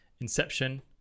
Inception